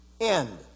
end